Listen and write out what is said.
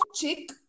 chick